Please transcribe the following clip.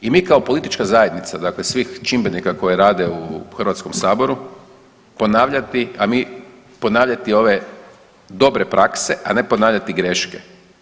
I mi kao politička zajednica dakle svih čimbenika koji rade u Hrvatskom saboru ponavljati, a mi, ponavljati ove dobre prakse, a ne ponavljati greške.